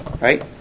Right